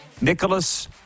nicholas